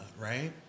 right